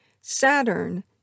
Saturn